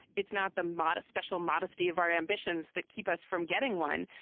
it's not the modest special modesty of our ambitions that keep us from getting one,